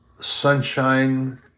sunshine